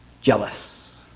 jealous